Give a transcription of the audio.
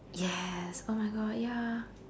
yes oh my god ya